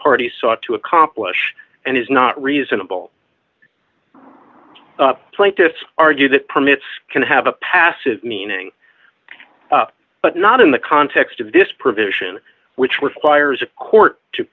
parties sought to accomplish and is not reasonable plaintiffs argue that permits can have a passive meaning but not in the context of this provision which requires a court to